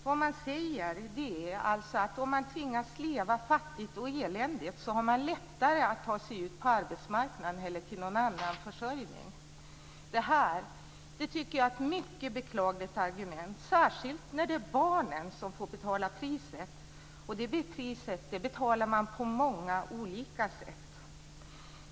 Vad som sägs är att man har lättare att ta sig ut på arbetsmarknaden eller till någon annan försörjning om man tvingas leva fattigt och eländigt. Detta tycker jag är ett mycket beklagligt argument, särskilt när det är barnen som får betala priset. Det priset betalar de på många olika sätt.